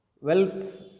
Wealth